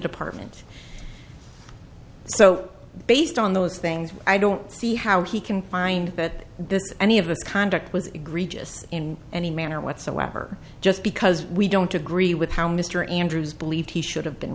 department so based on those things i don't see how he can find that this any of this conduct was egregious in any manner whatsoever just because we don't agree with how mr andrews believed he should have been